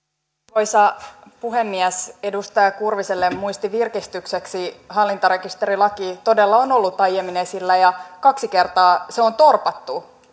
arvoisa puhemies edustaja kurviselle muistin virkistykseksi hallintarekisterilaki todella on ollut aiemmin esillä ja kaksi kertaa se on torpattu